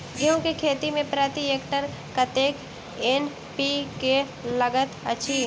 गेंहूँ केँ खेती मे प्रति एकड़ कतेक एन.पी.के लागैत अछि?